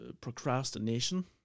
procrastination